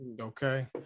Okay